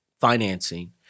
financing